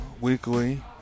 weekly